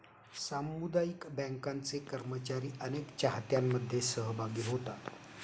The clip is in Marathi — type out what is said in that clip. सामुदायिक बँकांचे कर्मचारी अनेक चाहत्यांमध्ये सहभागी होतात